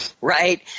right